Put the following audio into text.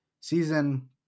season